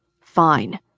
Fine